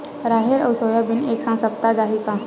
राहेर अउ सोयाबीन एक साथ सप्ता चाही का?